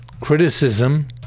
criticism